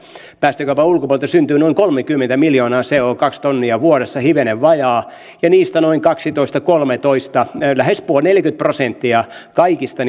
päästökaupan ulkopuolella syntyy noin kolmekymmentä miljoonaa co tonnia vuodessa hivenen vajaa ja noin kaksitoista viiva kolmetoista tonnia eli lähes neljäkymmentä prosenttia kaikista